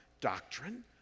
Doctrine